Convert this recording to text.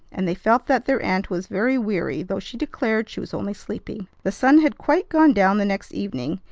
and they felt that their aunt was very weary though she declared she was only sleepy. the sun had quite gone down the next evening,